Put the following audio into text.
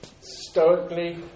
stoically